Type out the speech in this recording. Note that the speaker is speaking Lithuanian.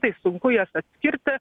tai sunku jas atskirti